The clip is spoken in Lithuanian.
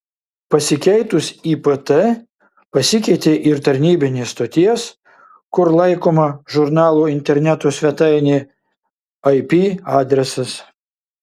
pasikeitus ipt pasikeitė ir tarnybinės stoties kur laikoma žurnalo interneto svetainė ip adresas